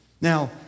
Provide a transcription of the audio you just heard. Now